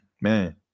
Man